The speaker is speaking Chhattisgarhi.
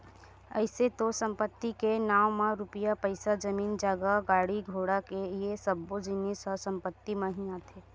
अइसे तो संपत्ति के नांव म रुपया पइसा, जमीन जगा, गाड़ी घोड़ा ये सब्बो जिनिस ह संपत्ति म ही आथे